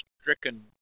stricken